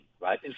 right